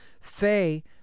Faye